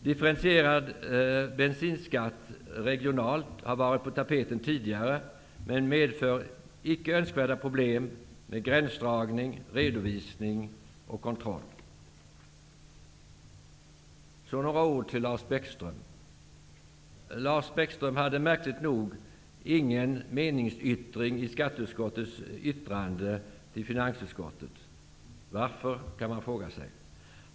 Differentierad regional bensinskatt har varit på tapeten tidigare. Men det medför icke önskvärda problem med gränsdragningar, redovisning och kontroll. Lars Bäckström hade märkligt nog ingen meningsyttring i skatteutskottets yttrande till finansutskottet. Man kan fråga sig varför.